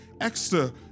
extra